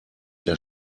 der